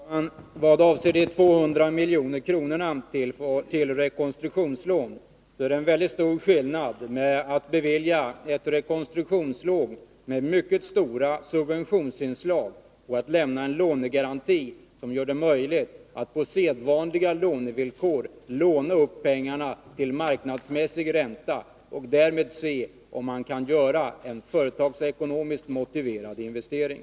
Fru talman! I vad avser de 200 miljonerna till rekonstruktionslån är det en mycket stor skillnad mellan att bevilja ett rekonstruktionslån med mycket stora suvbentionsinslag och att lämna en lånegaranti som gör det möjligt att på sedvanliga villkor låna upp pengarna till marknadsmässig ränta och därmed tvingas ta hänsyn till om man kan göra en företagsekonomiskt motiverad investering.